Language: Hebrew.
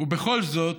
ובכל זאת